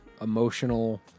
Emotional